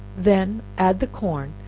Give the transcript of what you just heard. then add the corn,